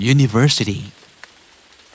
University